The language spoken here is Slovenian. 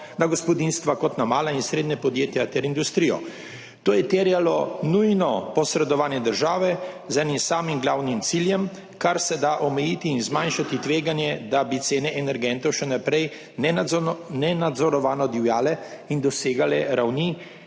na gospodinjstva kot na mala in srednja podjetja ter industrijo. To je terjalo nujno posredovanje države z enim samim glavnim ciljem, karseda omejiti in zmanjšati tveganje, da bi cene energentov še naprej nenadzorovano divjale in dosegale ravni,